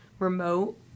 remote